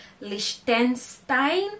Liechtenstein